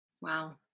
Wow